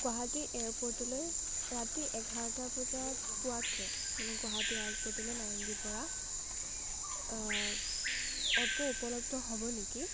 গুৱাহাটী এয়াৰপৰ্টলৈ ৰাতি এঘাৰটা বজাত পোৱাকে মানে গুৱাহাটী এয়াৰপৰ্টলৈ নাৰেংগীৰ পৰা অটো উপলব্ধ হ'ব নেকি